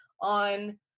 on